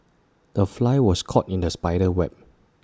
the fly was caught in the spider's web